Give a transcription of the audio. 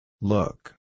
Look